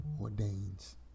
ordains